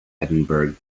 edinburgh